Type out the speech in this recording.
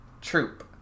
troop